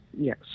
yes